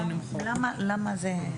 למה זה?